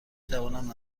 توانم